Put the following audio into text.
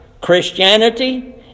Christianity